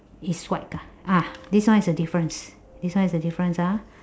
it's white ah this one is a difference this one is a difference ah